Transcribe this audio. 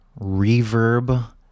Reverb